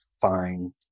find